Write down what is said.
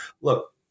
look